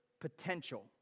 potential